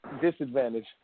disadvantage